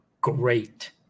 great